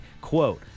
quote